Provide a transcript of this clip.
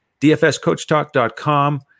DFSCoachTalk.com